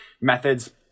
methods